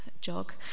Jog